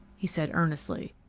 he said earnestly,